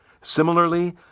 Similarly